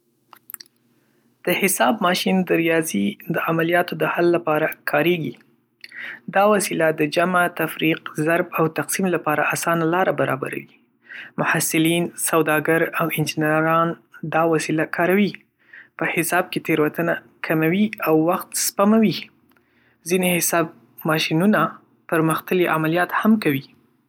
د حساب ماشین د ریاضي د عملیاتو د حل لپاره کارېږی. دا وسیله د جمع، تفریق، ضرب او تقسیم لپاره اسانه لاره برابروي. محصلین، سوداګر، او انجنیران دا وسیله کاروي. په حساب کې تېروتنه کموي او وخت سپموي. ځینې حساب ماشینونه پرمختللي عملیات هم کوي